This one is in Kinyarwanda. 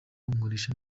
nkoresha